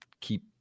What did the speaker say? keep